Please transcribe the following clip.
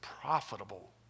profitable